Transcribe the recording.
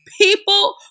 people